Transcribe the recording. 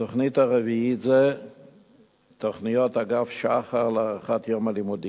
התוכנית הרביעית זה תוכניות אגף שח"ר להארכת יום הלימודים.